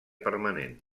permanent